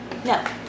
No